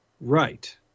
Right